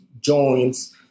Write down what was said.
joints